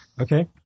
Okay